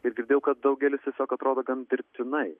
ir girdėjau kad daugelis tiesiog atrodo gan dirbtinai